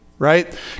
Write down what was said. Right